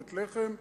בית-לחם,